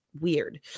weird